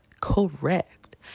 correct